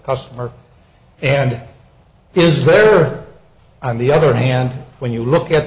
customer and is there on the other hand when you look at